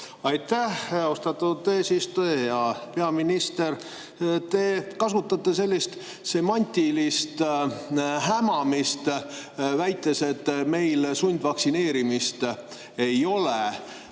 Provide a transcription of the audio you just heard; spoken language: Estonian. Aitäh, austatud eesistuja! Hea peaminister! Te kasutate sellist semantilist hämamist, väites, et meil sundvaktsineerimist ei ole.